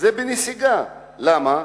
למה?